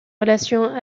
relation